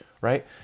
right